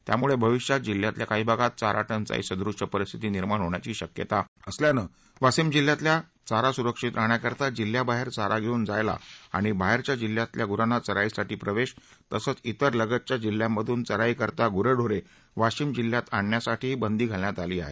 त्यामुळ भविष्यात जिल्ह्यातील काही भागात चारा टंचाई सदृश्य परिस्थिती निर्माण होण्याची शक्यता असल्यानं वाशिम जिल्ह्यातील चारा सुरक्षित राहण्या करिता जिल्ह्याबाहेर चारा घेवून जायला आणि बाहेरच्या जिल्ह्यातील गुरांना चराईसाठी प्रवेश तसंच इतर लगतच्या जिल्ह्यांमधून चराईकरिता गुरेढोरे वाशिम जिल्ह्यात आणण्यासाठीही बंदी घालण्यात आली आहे